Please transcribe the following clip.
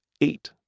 eight